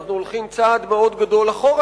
אנחנו הולכים צעד מאוד גדול אחורה.